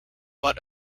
but